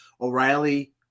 O'Reilly